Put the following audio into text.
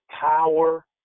power